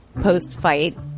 post-fight